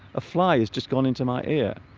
a fly is just gone into my ear